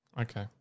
okay